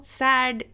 sad